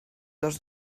dos